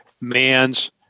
man's